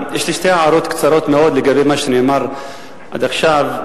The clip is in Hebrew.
יש לי שתי הערות קצרות מאוד לגבי מה שנאמר עד עכשיו.